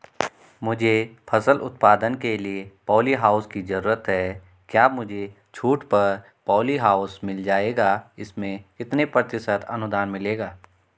मुझे फसल उत्पादन के लिए प ॉलीहाउस की जरूरत है क्या मुझे छूट पर पॉलीहाउस मिल जाएगा इसमें कितने प्रतिशत अनुदान मिलेगा?